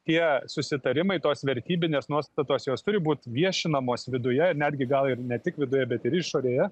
tie susitarimai tos vertybinės nuostatos jos turi būt viešinamos viduje netgi gal ir ne tik viduje bet ir išorėje